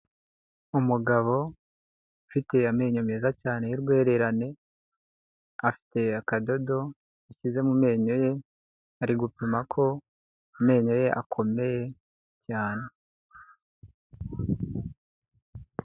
Umugabo ufite amenyo meza cyane y'urwererane, afite akadodo yashyize mu menyo ye, ari gupima ko amenyo ye akomeye cyane.